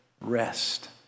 rest